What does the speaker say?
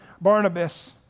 Barnabas